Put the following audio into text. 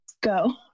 go